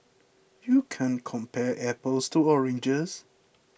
you can't compare apples to oranges